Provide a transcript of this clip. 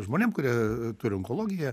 žmonėm kurie turi onkologiją